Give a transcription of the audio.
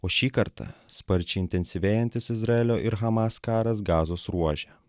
o šį kartą sparčiai intensyvėjantis izraelio ir hamas karas gazos ruože